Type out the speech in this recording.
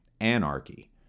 anarchy